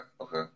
Okay